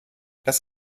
das